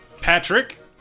patrick